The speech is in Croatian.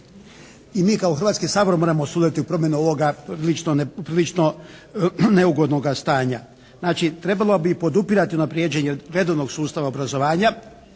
I mi kao Hrvatski sabor moramo sudjelovati u promjeni ovoga prilično neugodnoga stanja. Znači trebalo bi podupirati unapređenje redovnog sustava obrazovanja